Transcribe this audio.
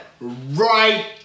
right